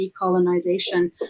decolonization